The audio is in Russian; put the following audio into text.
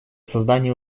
создание